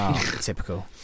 typical